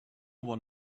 one